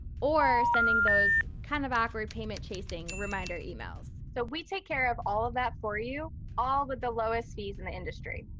or sending those kind of awkward payment chasing reminder emails. so we take care of all of that for you all with the lowest fees in the industry.